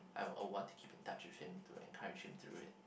I would I want to keep in touch with him to encourage him to read